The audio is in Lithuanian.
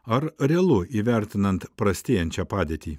ar realu įvertinant prastėjančią padėtį